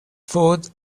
food